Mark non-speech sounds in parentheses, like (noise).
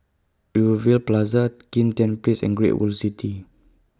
(unintelligible) Plaza Kim Tian Place and Great World City